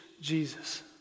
Jesus